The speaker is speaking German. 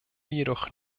jedoch